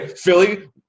Philly